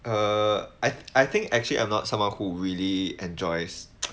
err I I think actually I'm not someone who really enjoys